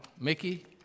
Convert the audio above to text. Mickey